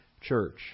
church